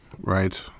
Right